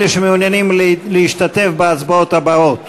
אלה שמעוניינים להשתתף בהצבעות הבאות.